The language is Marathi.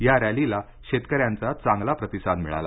या रॅलीला शेतकऱ्यांचा चांगला प्रतिसाद मिळाला